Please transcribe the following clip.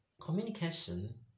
communication